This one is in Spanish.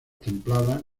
templadas